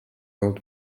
old